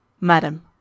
Madam